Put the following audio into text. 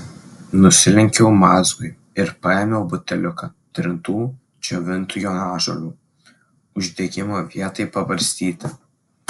nusilenkiau mazgui ir paėmiau buteliuką trintų džiovintų jonažolių uždegimo vietai pabarstyti